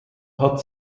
hat